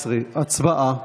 17. הצבעה.